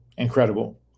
incredible